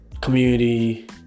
community